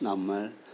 നമ്മൾ